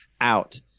out